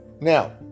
now